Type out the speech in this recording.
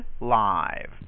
live